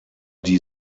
die